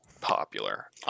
popular